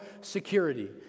security